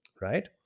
right